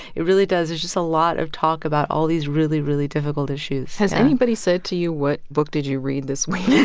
it really does. it's just a lot of talk about all these really, really difficult issues has anybody said to you, what book did you read this week?